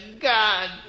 God